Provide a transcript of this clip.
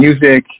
music